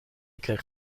kreeg